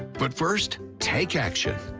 but first, take action.